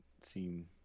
seem